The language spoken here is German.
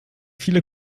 viele